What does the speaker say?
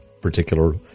particular